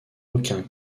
aucun